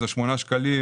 אז ה-8 שקלים